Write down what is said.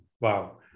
wow